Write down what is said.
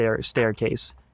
staircase